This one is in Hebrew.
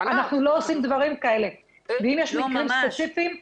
אנחנו לא עושים דברים כאלה ואם יש מקרים ספציפיים,